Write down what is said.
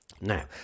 Now